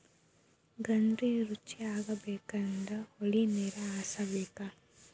ಗಜ್ರಿ ರುಚಿಯಾಗಬೇಕಂದ್ರ ಹೊಳಿನೇರ ಹಾಸಬೇಕ